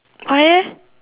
why leh